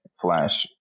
Flash